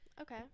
okay